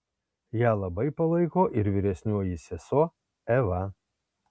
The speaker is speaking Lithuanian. ją labai palaiko ir vyresnioji sesuo eva